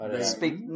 speak